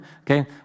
Okay